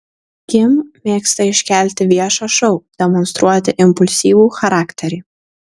kim mėgsta iškelti viešą šou demonstruoti impulsyvų charakterį